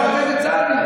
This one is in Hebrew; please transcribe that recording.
בצלאל,